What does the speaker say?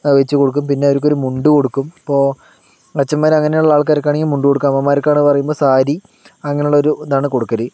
അത് വെച്ച് കൊടുക്കും പിന്നെ അവർക്കൊരു മുണ്ട് കൊടുക്കും ഇപ്പോൾ അച്ഛന്മാര് അങ്ങനെയുള്ള ആൾക്കാർക്ക് ആണെങ്കിൽ മുണ്ട് കൊടുക്കും അമ്മമാര്ക്ക് ആണ് പറയുമ്പോൾ സാരി അങ്ങനെയുള്ള ഒരുതാണ് കൊടുക്കൽ